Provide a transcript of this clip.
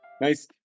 nice